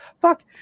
fuck